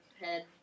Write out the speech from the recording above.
head